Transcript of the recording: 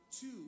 two